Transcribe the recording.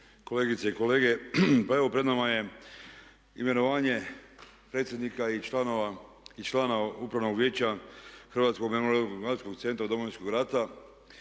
kolegice i kolege. Pa evo, pred nama je imenovanje predsjednika i članova Upravnog vijeća Hrvatsko memorijalno dokumentacijskog centra Domovinskog rata.